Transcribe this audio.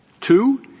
Two